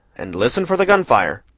and listen for the gun-fire.